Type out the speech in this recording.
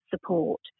support